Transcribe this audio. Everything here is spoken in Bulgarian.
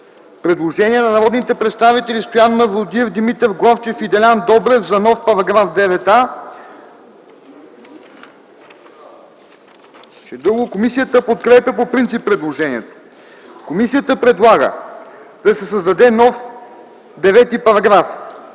Предложение на народните представители Стоян Мавродиев, Димитър Главчев и Делян Добрев за нов § 9а. Комисията подкрепя по принцип предложението. Комисията предлага да се създаде нов § 9: „§ 9.